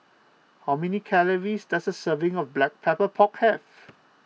how many calories does a serving of Black Pepper Pork have